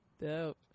Dope